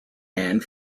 and